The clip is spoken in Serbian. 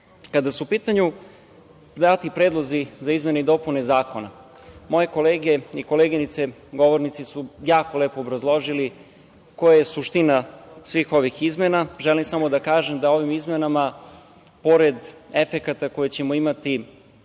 su u pitanju dati predlozi za izmene zakona moje kolege i koleginice govornici su jako lepo obrazložili koja je suština svih ovih izmena. Želim samo da kažem da ovim izmenama, pored efekata koje ćemo imati